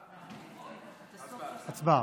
הצבעה.